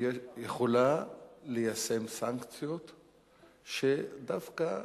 יכולה ליישם סנקציות שדווקא